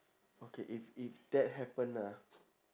okay if if that happen ah